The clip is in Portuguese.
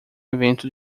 evento